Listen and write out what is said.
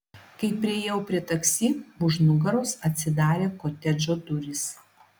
kai priėjau prie taksi už nugaros atsidarė kotedžo durys